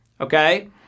Okay